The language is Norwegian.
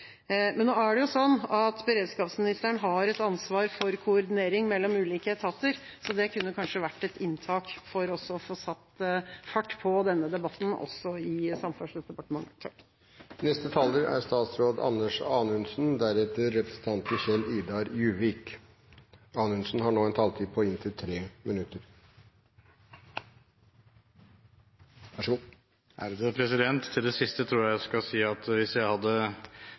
Men nå er det jo sånn at beredskapsministeren har et ansvar for koordinering mellom ulike etater, så det kunne kanskje vært en inngang for å få satt fart på denne debatten også i Samferdselsdepartementet. Til det siste tror jeg at jeg skal si at hvis jeg hadde benyttet meg av muligheten til å pålegge bruk av bompenger på en bestemt måte for å sikre bestemte deler av veistrekninger, er det nok flere som ville reagert på at jeg